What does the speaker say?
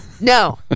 No